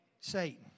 Satan